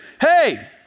hey